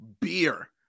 beer